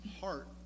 heart